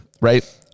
Right